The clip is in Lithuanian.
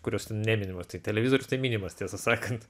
kurios neminimos tai televizorius tai minimas tiesą sakant